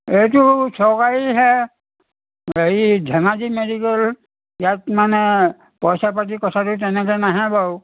এইটো চৰকাৰীহে হেৰি ধেমাজি মেডিকেল ইয়াত মানে পইচা পাতি কথাটো তেনেকৈ নাহে বাৰু